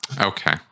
Okay